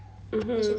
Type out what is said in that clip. mmhmm